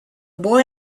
boy